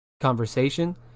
conversation